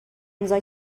امضا